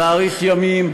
תאריך ימים,